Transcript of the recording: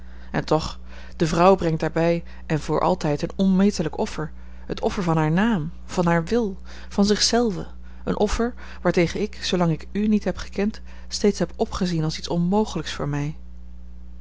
en toch de vrouw brengt daarbij en voor altijd een onmetelijk offer het offer van haar naam van haar wil van zich zelve een offer waartegen ik zoolang ik u niet heb gekend steeds heb opgezien als iets onmogelijks voor mij